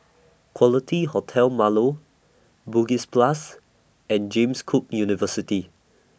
Quality Hotel Marlow Bugis Plus and James Cook University